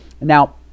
Now